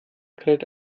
kräht